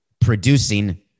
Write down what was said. producing